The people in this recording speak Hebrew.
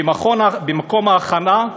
במקום ההכנה?